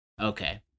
Okay